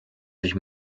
sich